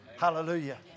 Hallelujah